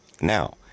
Now